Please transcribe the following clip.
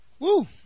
Woo